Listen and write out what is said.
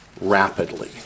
rapidly